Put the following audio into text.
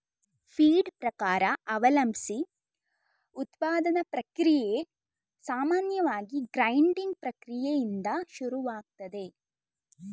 feed ಪ್ರಕಾರ ಅವಲಂಬ್ಸಿ ಉತ್ಪಾದನಾ ಪ್ರಕ್ರಿಯೆ ಸಾಮಾನ್ಯವಾಗಿ ಗ್ರೈಂಡಿಂಗ್ ಪ್ರಕ್ರಿಯೆಯಿಂದ ಶುರುವಾಗ್ತದೆ